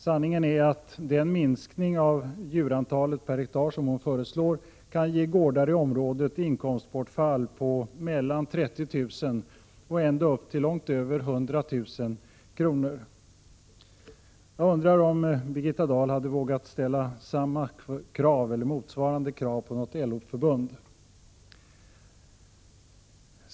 Sanningen är att den minskning av djurantalet per hektar som hon föreslår kan ge gårdar i området inkomstbortfall på från 30 000 och upp till långt över 100 000 kr. Jag undrar om Birgitta Dahl hade vågat ställa motsvarande krav på något LO-förbund.